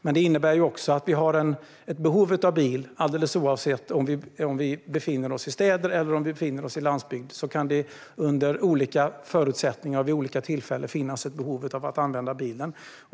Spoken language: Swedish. Men det innebär också att vi, oavsett om vi befinner oss i städer eller på landsbygd, under olika förutsättningar och vid olika tillfällen kan finnas ett behov av att använda bilen.